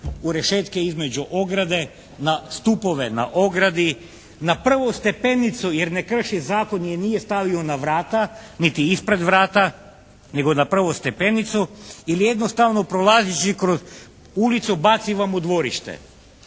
u rešetke između ograde, na stupove na ogradi, na prvu stepenicu jer ne krši zakon jer nije stavio na vrata niti ispred vrata, nego na prvu stepenicu. Ili jednostavno prolazivši kroz ulicu baci vam u dvorište.